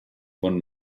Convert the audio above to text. von